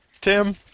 Tim